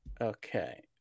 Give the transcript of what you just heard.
Okay